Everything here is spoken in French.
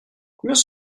combien